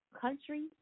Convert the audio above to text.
country